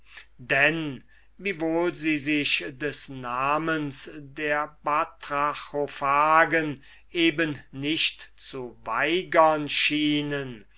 denn wiewohl sie sich des namens der batrachophagen eben nicht zu weigern schienen